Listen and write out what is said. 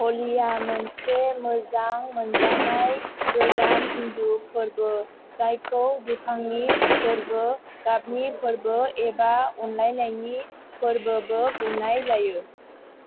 हलिया मोनसे मोजां मोनजानाय गोजाम हिन्दु फोरबो जायखौ दुफांनि फोरबो गाबनि फोरबो एबा अनलायनायनि फोरबोबो बुंनाय जायो